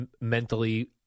mentally